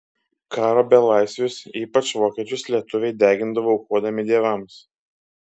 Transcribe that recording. karo belaisvius ypač vokiečius lietuviai degindavo aukodami dievams